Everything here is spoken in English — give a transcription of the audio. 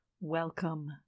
Welcome